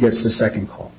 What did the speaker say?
gets the second call